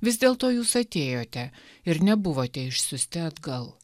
vis dėlto jūs atėjote ir nebuvote išsiųsti atgal